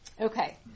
Okay